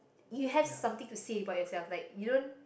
you have something to say about yourself like you don't